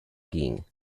king